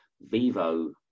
Vivo